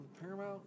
Paramount